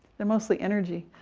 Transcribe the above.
they're mostly energy.